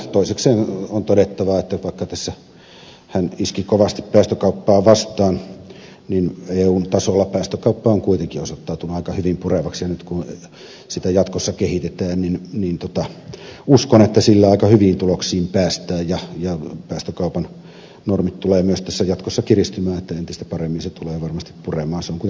toisekseen on todettava että vaikka hän iski kovasti päästökauppaa vastaan niin eun tasolla päästökauppa on kuitenkin osoittautunut aika hyvin purevaksi ja nyt kun sitä jatkossa kehitetään uskon että sillä aika hyviin tuloksiin päästään ja päästökaupan normit tulevat myös jatkossa kiristymään että entistä paremmin se tulee varmasti puremaan